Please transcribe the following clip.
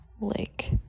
lake